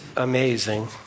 Amazing